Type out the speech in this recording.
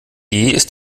ist